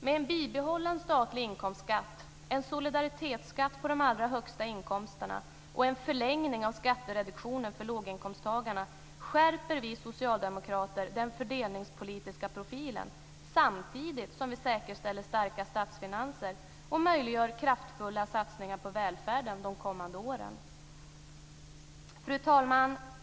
Med en bibehållen statlig inkomstskatt, en solidaritetsskatt på de allra högsta inkomsterna och en förlängning av skattereduktionen för låginkomsttagarna skärper vi socialdemokrater den fördelningspolitiska profilen, samtidigt som vi säkerställer starka statsfinanser och möjliggör kraftfulla satsningar på välfärden de kommande åren. Fru talman!